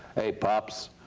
hey pops,